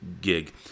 gig